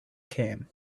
came